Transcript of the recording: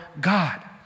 God